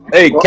Hey